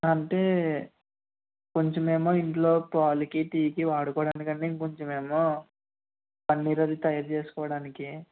అంటే కొంచెం ఏమో ఇంట్లో పాలకి టీకి వాడుకోవడానికండీ ఇంకొంచెం ఏమో పనీర్ అదీ తయారు చేసుకోవడానికి